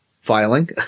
filing